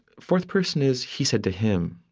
fourth person is, he said to him.